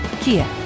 Kia